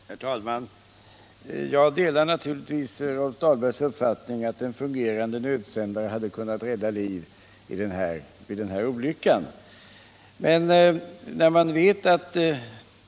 Herr talman! Jag delar naturligtvis Rolf Dahlbergs uppfattning att en fungerande nödsändare hade kunnat rädda liv vid den här olyckan.